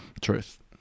truth